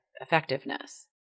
effectiveness